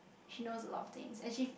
she knows a lot of things and she